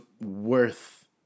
worth